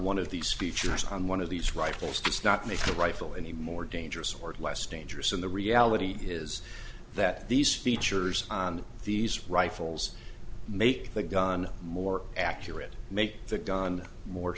one of these speeches on one of these rifles let's not make the rifle any more dangerous or less dangerous and the reality is that these features on these rifles make the gun more accurate make the gun more